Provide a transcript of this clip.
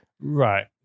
right